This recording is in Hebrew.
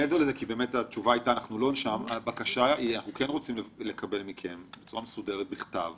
אנחנו רוצים לקבל מכם בצורה מסודרת ובכתב